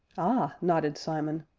ah! nodded simon,